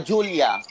Julia